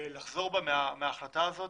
לחזור בה מההחלטה הזאת